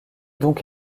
donc